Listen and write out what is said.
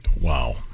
wow